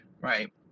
right